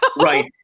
Right